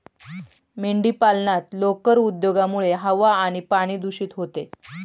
मेंढीपालनात लोकर उद्योगामुळे हवा आणि पाणी दूषित होते